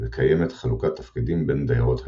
וקיימת חלוקת תפקידים בין דיירות הקן,